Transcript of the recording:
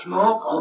Smoke